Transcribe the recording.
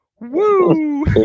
Woo